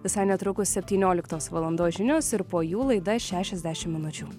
visai netrukus septynioliktos valandos žinios ir po jų laida šešiasdešimt minučių